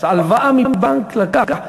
הלוואה מבנק לקח,